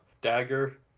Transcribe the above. Dagger